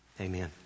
Amen